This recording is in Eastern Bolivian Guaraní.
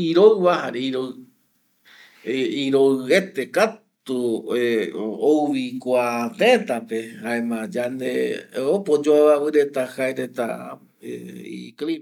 iroiva jare iroetekatu ouvi kua tëtape jaema kua yande opa oyoaviavi reta jaereta iclima